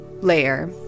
layer